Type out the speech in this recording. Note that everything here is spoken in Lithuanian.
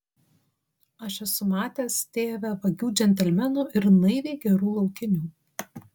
aš esu matęs tėve vagių džentelmenų ir naiviai gerų laukinių